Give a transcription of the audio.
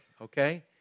Okay